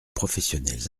professionnels